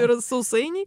ir sausainiai